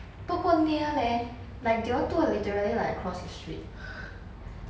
不够 near leh like they all two are literally like across the street